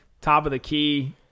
top-of-the-key